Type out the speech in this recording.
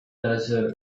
desert